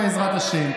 בעזרת השם.